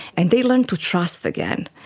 and they learn to trust again.